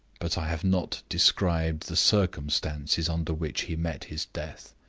but i have not described the circumstances under which he met his death.